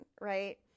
right